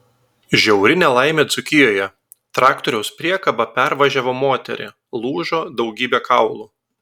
žiauri nelaimė dzūkijoje traktoriaus priekaba pervažiavo moterį lūžo daugybė kaulų